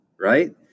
Right